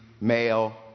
male